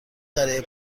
برای